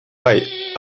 why